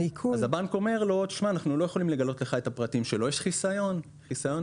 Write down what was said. הבנק אומר לו שלא יכולים לגלות לו את הפרטים שלו כי יש חיסיון בנק-לקוח.